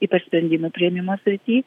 ypač sprendimų priėmimo srity